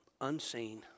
unseen